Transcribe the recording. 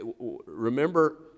remember